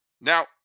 Now